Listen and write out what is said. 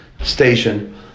station